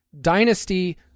Dynasty